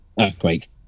earthquake